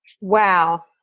Wow